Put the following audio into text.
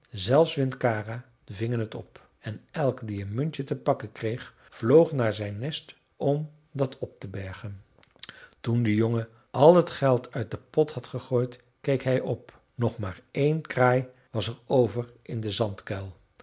zelfs windkara vingen het op en elk die een muntje te pakken kreeg vloog naar zijn nest om dat op te bergen toen de jongen al het geld uit den pot had gegooid keek hij op nog maar één kraai was er over in den